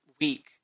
week